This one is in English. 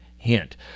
hint